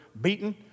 beaten